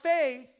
faith